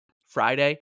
Friday